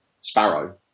Sparrow